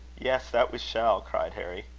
yes, that we shall! cried harry.